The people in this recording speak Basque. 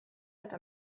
eta